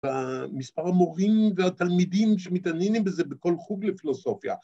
‫במספר המורים והתלמידים ‫שמתעניינים בזה בכל חוג לפילוסופיה.